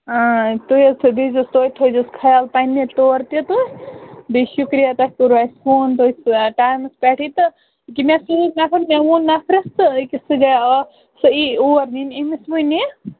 تُہۍ حظ تھٲو دیٖزِہوس توتہِ تھٲوِزِہوس خیال پنٕنہِ طور تہِ تہٕ بیٚیہِ شُکریہ تۄہہِ کوٚروٕ اَسہِ فون تُہۍ ٹایمَس پٮ۪ٹھٕے تہٕ أکہِ مےٚ سوٗز نَفر مےٚ ووٚن نَفرَس تہٕ أکِس سُہ گٔے آ سُہ اِیہِ اور نِنہِ أمِس وُنہِ